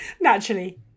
Naturally